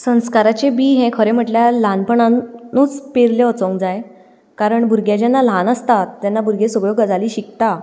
संस्काराचें बीं हें खंरे म्हणल्यार ल्हानपणानूच वाचूंक जाय कारण भुरगें जेन्ना ल्हान आसता तेन्ना भुरगें सगळ्यो गजाली शिकता